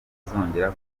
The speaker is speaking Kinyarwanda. batongera